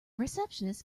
receptionist